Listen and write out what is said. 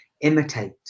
imitate